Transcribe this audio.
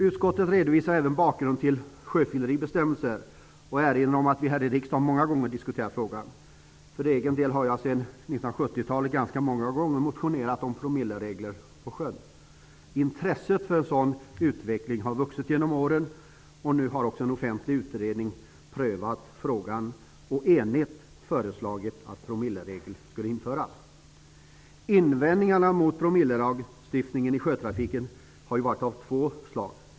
Utskottet redovisar även bakgrunden till sjöfylleribestämmelser och erinrar om att vi här i riksdagen många gånger diskuterat frågan. För egen del har jag sedan 1970-talet ganska många gånger motionerat om promilleregler på sjön. Intresset för en sådan utveckling har vuxit genom åren och nu har också en offentlig utredning prövat frågan och enigt föreslagit att promilleregler skall införas. Invändningarna mot en promillelagstiftning i sjötrafiken har varit av två slag.